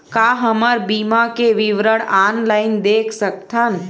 का हमर बीमा के विवरण ऑनलाइन देख सकथन?